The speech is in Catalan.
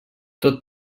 tot